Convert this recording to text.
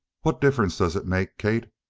what difference does it make, kate?